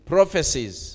Prophecies